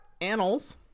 annals